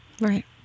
Right